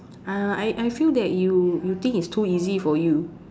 uh I I feel that you you think is too easy for you